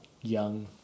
young